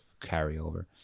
carryover